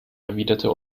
erwiderte